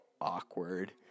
awkward